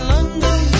London